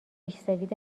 ریشسفید